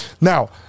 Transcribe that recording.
Now